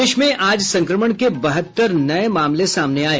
प्रदेश में आज संक्रमण के बहत्तर नये मामले सामने आये